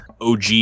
OG